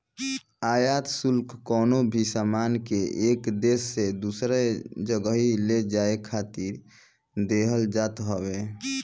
आयात शुल्क कवनो भी सामान के एक देस से दूसरा जगही ले जाए खातिर देहल जात हवे